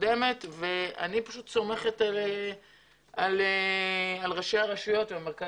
אני סומכת על ראשי הרשויות ועל המרכז